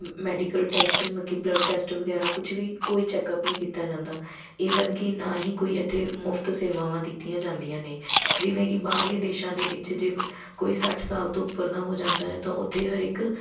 ਮ medical test ਮਤਲਵ ਕਿ ਬਲੱਡ ਟੈਸਟ ਵਗੈਰਾ ਕੁਛ ਵੀ ਕੋਈ ਚੈੱਕਅਪ ਨਹੀਂ ਕੀਤਾ ਜਾਂਦਾ ਇਵਨ ਕਿ ਨਾ ਹੀ ਕੋਈ ਇੱਥੇ ਮੁਫਤ ਸੇਵਾਵਾਂ ਦਿੱਤੀਆਂ ਜਾਂਦੀਆਂ ਨੇ ਜਿਵੇਂ ਕਿ ਬਾਹਰਲੇ ਦੇਸ਼ਾਂ ਦੇ ਵਿੱਚ ਜੇ ਕੋਈ ਸੱਠ ਸਾਲ ਤੋਂ ਉੱਪਰ ਦਾ ਹੋ ਜਾਂਦਾ ਹੈ ਤਾਂ ਉੱਥੇ ਹਰੇਕ